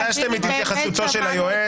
גלעד, ביקשתם את התייחסותו של היועץ.